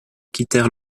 quittèrent